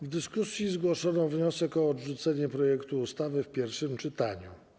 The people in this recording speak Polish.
W dyskusji zgłoszono wniosek o odrzucenie projektu ustawy w pierwszym czytaniu.